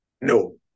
no